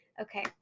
Okay